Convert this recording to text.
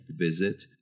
visit